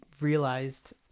realized